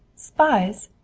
spies!